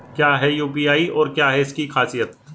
क्या है यू.पी.आई और क्या है इसकी खासियत?